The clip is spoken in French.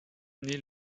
née